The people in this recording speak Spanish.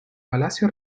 palacio